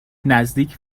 نزدیک